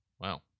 Wow